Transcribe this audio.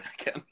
again